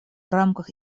рамках